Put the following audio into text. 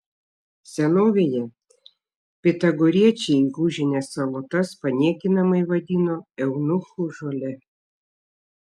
senovėje pitagoriečiai gūžines salotas paniekinamai vadino eunuchų žole